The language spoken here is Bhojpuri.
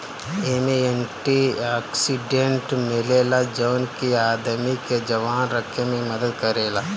एमे एंटी ओक्सीडेंट मिलेला जवन की आदमी के जवान रखे में मदद करेला